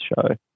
show